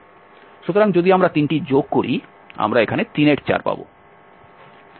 সুতরাং যদি আমরা তিনটি যোগ করি আমরা এখানে 34 পাবো